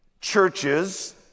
churches